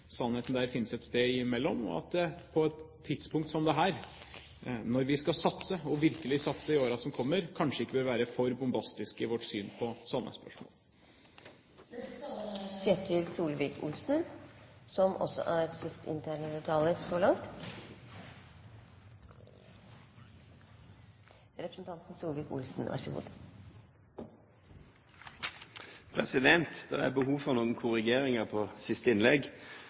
finnes et sted imellom, og at vi på et tidspunkt som dette, når vi skal satse – virkelig satse – i årene som kommer, kanskje ikke bør være altfor bombastiske i vårt syn på sånne spørsmål. Det er